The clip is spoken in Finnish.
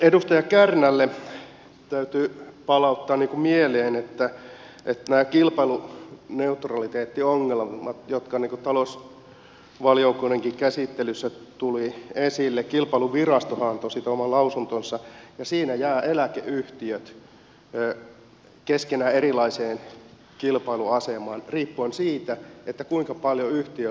edustaja kärnälle täytyy palauttaa mieleen että näissä kilpailuneutraliteettiongelmissa jotka talousvaliokunnankin käsittelyssä tulivat esille kilpailuvirastohan antoi siitä oman lausuntonsa jäävät eläkeyhtiöt keskenään erilaiseen kilpailuasemaan riippuen siitä kuinka paljon yhtiöllä on sitä tasoitusmäärää